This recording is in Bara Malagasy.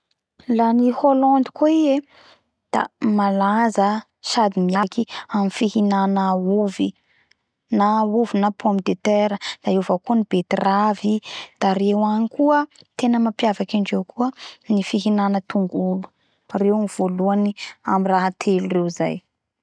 La ny Hollande koa i e da malaza sady mianky aminy fihinana ovy na pomme dia terre da eo avao koa ny betterave da reo agny koa atena mampiavaky andreo koa ny fihinana tongolo. Reo ny volohany amy raha telo teo zay